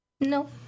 no